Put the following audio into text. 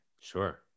Sure